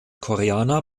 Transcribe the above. koreaner